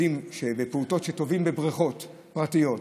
פעוטות שטובעים בבריכות פרטיות.